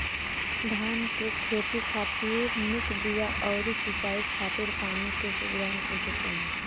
धान के खेती खातिर निक बिया अउरी सिंचाई खातिर पानी के सुविधा होखे के चाही